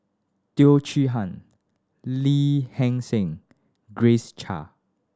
Teo Chee Hean Lee Heng Seng Grace Chia